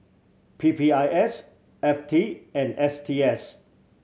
P P I S F T and S T S